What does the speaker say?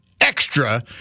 extra